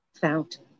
fountain